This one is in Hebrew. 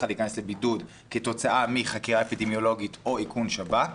להיכנס לבידוד כתוצאה מחקירה אפידמיולוגית או איכון שב"כ,